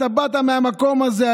באת מהמקום הזה.